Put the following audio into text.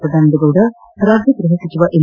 ಸದಾನಂದ ಗೌಡ ರಾಜ್ಯ ಗೃಹ ಸಚಿವ ಎಂ